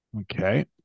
Okay